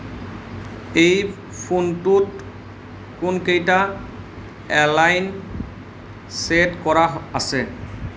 এই ফোনটোত কোনকেইটা এলাইন ছে'ট কৰা আছে